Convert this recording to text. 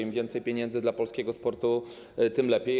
Im więcej pieniędzy dla polskiego sportu, tym lepiej.